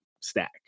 stack